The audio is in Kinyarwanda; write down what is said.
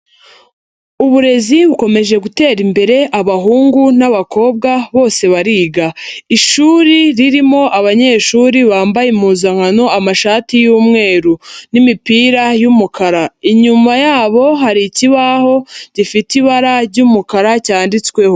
Uburezi bukomeje gutera imbere abahungu n'abakobwa bose bariga, ishuri ririmo abanyeshuri bambaye impuzankano amashati y'umweru n'imipira y'umukara, inyuma yabo hari ikibaho gifite ibara ry'umukara cyanditsweho.